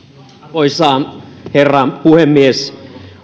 arvoisa herra puhemies